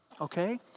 okay